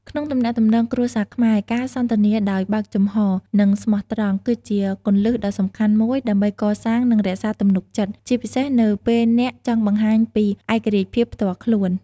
ក្នុងទំនាក់ទំនងគ្រួសារខ្មែរ ការសន្ទនាដោយបើកចំហរ និងស្មោះត្រង់ គឺជាគន្លឹះដ៏សំខាន់មួយ ដើម្បីកសាង និងរក្សាទំនុកចិត្ត ជាពិសេសនៅពេលអ្នកចង់បង្ហាញពីឯករាជ្យភាពផ្ទាល់ខ្លួន។